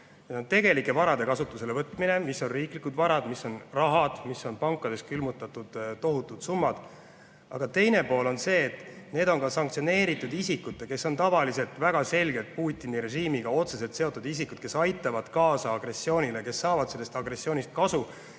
vastu, tegelike varade kasutusele võtmine, mis on riiklikud varad, mis on raha, mis on pankades külmutatud tohututes summades. Aga teine pool on see, et need on ka sanktsioneeritud isikute [varad]. Need on tavaliselt väga selgelt Putini režiimiga otseselt seotud isikud, kes aitavad kaasa agressioonile, kes saavad sellest agressioonist kasu,